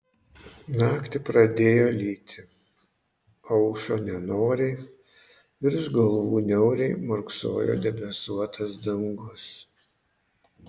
naktį pradėjo lyti aušo nenoriai virš galvų niauriai murksojo debesuotas dangus